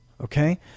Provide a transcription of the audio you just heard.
okay